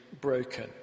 broken